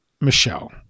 Michelle